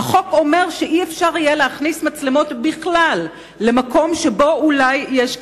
החוק אומר שלא יהיה אפשר להכניס מצלמות כלל למקום שבו אולי יש קטינים.